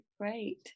great